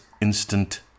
instant